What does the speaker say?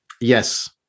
Yes